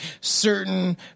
certain